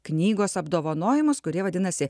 knygos apdovanojimus kurie vadinasi